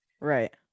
Right